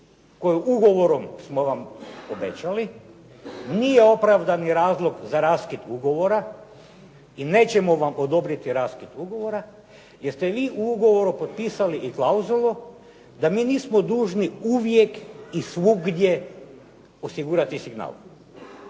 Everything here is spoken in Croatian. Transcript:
koju ugovor smo vam obećali, nije opravdani razlog za raskid ugovora i nećemo vam odobriti raskid ugovora jer ste vi u ugovoru potpisali i klauzulu da mi nismo dužni uvijek i svugdje osigurati signal.